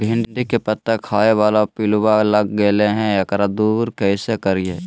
भिंडी के पत्ता खाए बाला पिलुवा लग गेलै हैं, एकरा दूर कैसे करियय?